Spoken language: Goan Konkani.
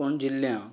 काणकोण जिल्ल्यांत